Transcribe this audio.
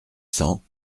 cents